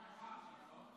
ושרן קיבלה שתי ועדות